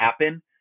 happen